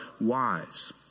wise